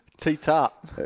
T-Top